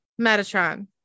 Metatron